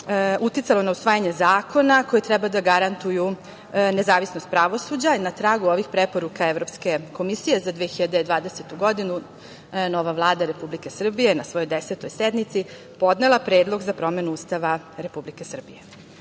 uticalo na usvajanje zakona koji treba da garantuju nezavisnost pravosuđa. Na tragu ovih preporuka Evropske komisije za 2020. godinu nova Vlada Republike Srbije na svojoj desetoj sednici podnela je predlog za promenu Ustava Republike Srbije.